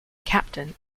captain